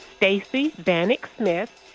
stacey vanek smith,